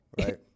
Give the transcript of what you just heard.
Right